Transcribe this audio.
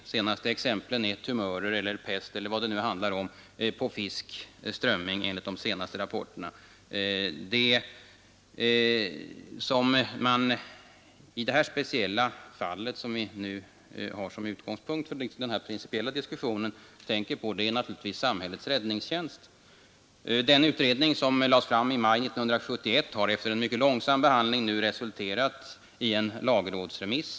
De senaste exemplen är tumörer eller pest eller vad det nu handlar om på fisk — strömming — enligt rapporterna. I det speciella fall som är utgångspunkten för denna diskussion är vad vi närmast tänker på naturligtvis samhällets räddningstjänst. Den utredning som lade fram sitt betänkande i maj 1971 har efter en mycket långsam behandling nu resulterat i en lagrådsremiss.